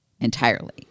entirely